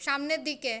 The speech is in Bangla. সামনের দিকে